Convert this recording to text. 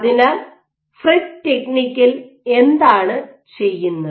അതിനാൽ ഫ്രെറ്റ് ടെക്നിക്കിൽ എന്താണ് ചെയ്യുന്നത്